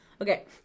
Okay